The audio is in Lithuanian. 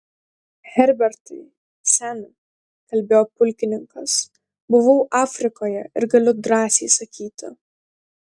herbertai seni kalbėjo pulkininkas buvau afrikoje ir galiu drąsiai sakyti